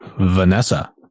vanessa